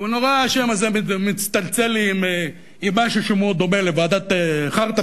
אבל השם הזה נורא מצטלצל לי עם משהו שהוא מאוד דומה ל"וועדת חרטנברג",